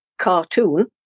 cartoon